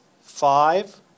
five